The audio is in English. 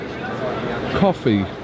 coffee